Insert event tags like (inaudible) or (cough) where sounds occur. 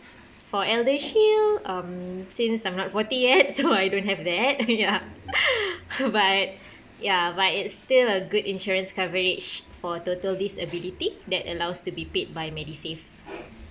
for ElderShield um since I'm not forty eight so I don't have that (laughs) ya (breath) but ya but it's still a good insurance coverage for total disability that allows to be paid by MediSave